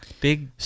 Big